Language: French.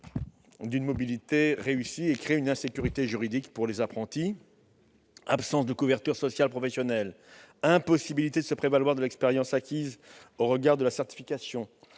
d'une mobilité réussie et crée une insécurité juridique pour les apprentis. Je pense notamment à l'absence de couverture sociale professionnelle, à l'impossibilité de se prévaloir de l'expérience acquise dans le cadre de la certification,